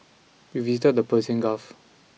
we visited the Persian Gulf